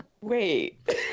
Wait